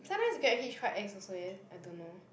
sometimes Grab Hitch quite ex also eh I don't know